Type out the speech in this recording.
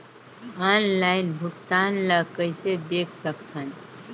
Online भुगतान ल कइसे देख सकथन?